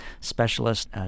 specialist